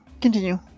Continue